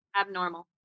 abnormal